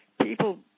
People